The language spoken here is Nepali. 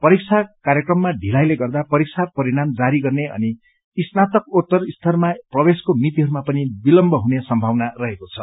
परीक्षा कार्यक्रममा ढिलाइले गर्दा परीक्षा परिणाम जारी गर्ने अनि स्नातकोत्तर स्तरमा प्रवेशको मितिहरूमा पनि विलम्ब हुने सम्भावना रहेको छ